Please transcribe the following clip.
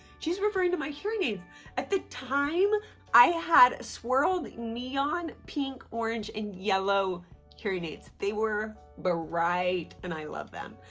she's referring to my hearing aids at the time i had swirled neon pink, orange and yellow hearing aids they were but bright and i loved them.